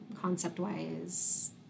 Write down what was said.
concept-wise